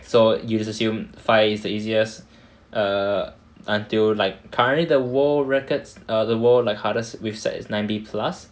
so you just assume five is the easiest err until like currently the world records err the world like hardest width set is nine B plus